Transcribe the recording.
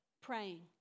praying